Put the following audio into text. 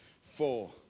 four